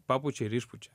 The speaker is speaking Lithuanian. papučia ir išpučia